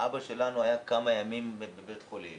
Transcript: שהאבא שלה היה כמה ימים בבית החולים